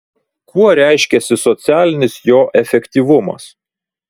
kuo reiškiasi socialinis jo efektyvumas